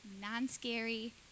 non-scary